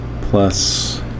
plus